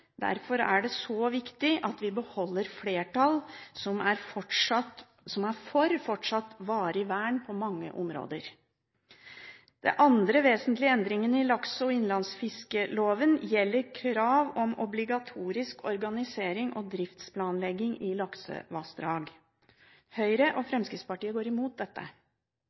Derfor er det så viktig at vi beholder et flertall som er for fortsatt varig vern på mange områder. Den andre vesentlige endringen i lakse- og innlandsfiskloven gjelder krav om obligatorisk organisering og driftsplanlegging i laksevassdrag. Høyre og Fremskrittspartiet går imot dette.